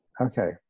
Okay